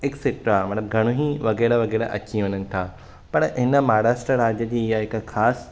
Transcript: etcetera मतिलब घणईं वग़ैरह वग़ैरह अची वञनि था पर हिन महाराष्ट्र राॼ जी इहा हिक ख़ासि